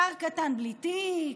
שר קטן בלי תיק,